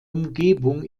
umgebung